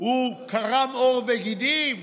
הוא קרם עור וגידים.